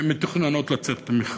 שמתוכננות לצאת למכרז.